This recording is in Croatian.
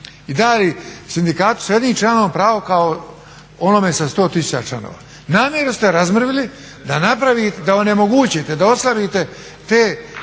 i dali sindikatu s jednim članom pravo kao onome sa 100 tisuća članova. Namjerno ste razmrvili da onemogućite, da oslabite te